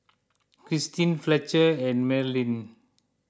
Christine Fletcher and Marilynn